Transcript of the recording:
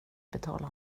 betala